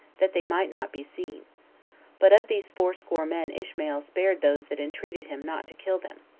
that they might not be seen but of these fourscore men ishmael spared those that entreated him not to kill them,